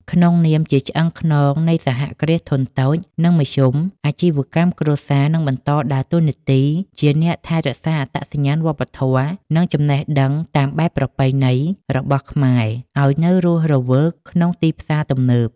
ក្នុងនាមជាឆ្អឹងខ្នងនៃសហគ្រាសធុនតូច និងមធ្យម អាជីវកម្មគ្រួសារនឹងបន្តដើរតួនាទីជាអ្នកថែរក្សាអត្តសញ្ញាណវប្បធម៌ និងចំណេះដឹងតាមបែបប្រពៃណីរបស់ខ្មែរឱ្យនៅរស់រវើកក្នុងទីផ្សារទំនើប។